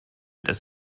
das